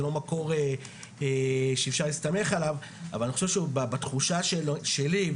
זה לא מקור שאפשר להסתמך עליו אבל אני חושב שבתחושה שלי,